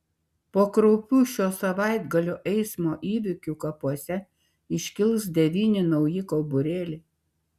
po kraupių šio savaitgalio eismo įvykių kapuose iškils devyni nauji kauburėliai